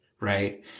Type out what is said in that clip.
right